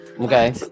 Okay